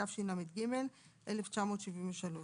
התשל"ג-1973,